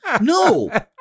No